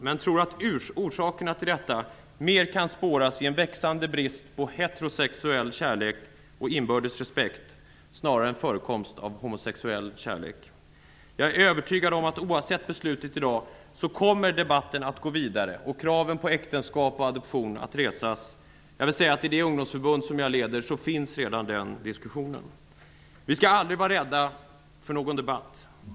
Men jag tror att orsakerna till detta kan spåras i en växande brist på heterosexuell kärlek och inbördes respekt snarare än i förekomsten av homosexuell kärlek. Oavsett dagens beslut är jag övertygad om att debatten kommer att gå vidare och att kraven på äktenskap och adoption kommer att resas. I det ungdomsförbund som jag leder pågår redan denna diskussion. Vi skall aldrig vara rädda för debatt.